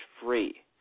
free